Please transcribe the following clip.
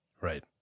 Right